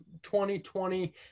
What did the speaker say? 2020